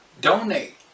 donate